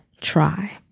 try